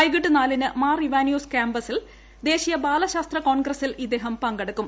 വൈകിട്ട് നാലിന് മാർ ഇവാനിയോസ് ക്യാമ്പസിൽ ദേശീയ ബാലശാസ്ത്ര കോൺഗ്രസിൽ അദ്ദേഹം പങ്കെടുക്കും